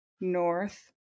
north